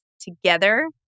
together